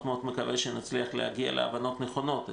אני מאוד מקווה שנצליח להגיע להבנות נכונות.